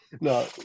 No